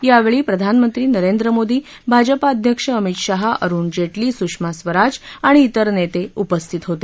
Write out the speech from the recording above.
यावेळी प्रधानमंत्री नरेंद्र मोदी भाजपा अध्यक्ष अमित शहा अरुण जेटली सूषमा स्वराज आणि इतर नेते उपस्थित होते